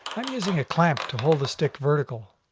i'm using a clamp to hold the stick vertical.